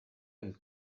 and